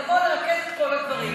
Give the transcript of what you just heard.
לבוא ולרכז את כל הדברים,